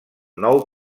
nou